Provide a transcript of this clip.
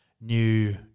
new